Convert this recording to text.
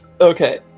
Okay